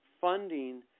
funding